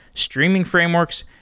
streaming frameworks,